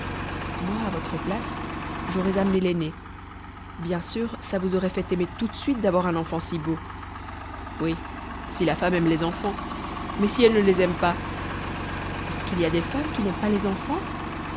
moi à votre place j'aurais amené l'aîné bien sûr ça vous aurait fait aimer tout de suite d'avoir un enfant si beau oui si la femme aime les enfants mais si elle ne les aime pas est-ce qu'il y a des femmes qui n'aiment pas les enfants